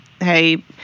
hey